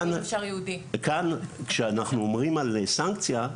כשאנחנו אומרים על סנקציה,